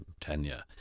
tenure